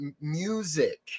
music